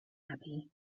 happy